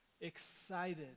excited